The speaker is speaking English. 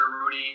rudy